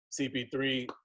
CP3